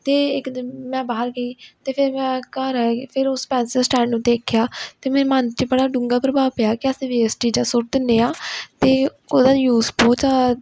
ਅਤੇ ਇੱਕ ਦਿਨ ਮੈਂ ਬਾਹਰ ਗਈ ਅਤੇ ਫਿਰ ਮੈਂ ਘਰ ਆਈ ਫਿਰ ਉਸ ਪੈਨਸਲ ਸਟੈਂਡ ਨੂੰ ਦੇਖਿਆ ਅਤੇ ਮੇਰੇ ਮਨ 'ਚ ਬੜਾ ਡੂੰਘਾ ਪ੍ਰਭਾਵ ਪਿਆ ਕਿ ਅਸੀਂ ਵੇਸਟ ਚੀਜ਼ਾਂ ਸੁੱਟ ਦਿੰਦੇ ਹਾਂ ਅਤੇ ਉਹਦਾ ਯੂਜ ਬਹੁਤ